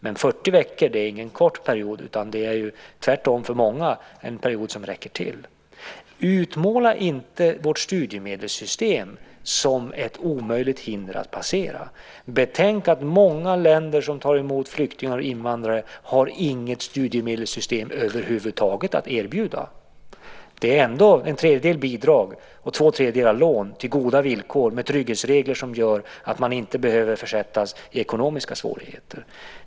Men 40 veckor är ingen kort period, utan det är för många tvärtom en period som räcker till. Utmåla inte vårt studiemedelssystem som ett omöjligt hinder att passera! Betänk att många länder som tar emot flyktingar och invandrare inte har något studiemedelssystem över huvud taget att erbjuda. Det är ändå en tredjedel bidrag och två tredjedelar lån till goda villkor med trygghetsregler som gör att man inte behöver försättas i ekonomiska svårigheter.